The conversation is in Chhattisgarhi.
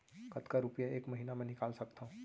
कतका रुपिया एक महीना म निकाल सकथव?